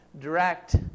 direct